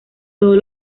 todos